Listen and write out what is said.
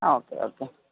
ആ okay okay